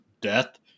death